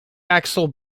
axle